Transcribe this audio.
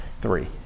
Three